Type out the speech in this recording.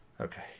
Okay